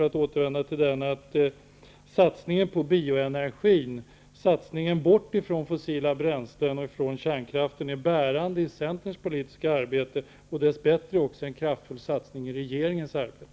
Det är ingen hemlighet att satsningen på bioenergi, dvs. satsningen bort från fossila bränslen och kärnkraften, är bärande i Centerns politiska arbete och utgör dess bättre en kraftfull satsning i regeringens arbete.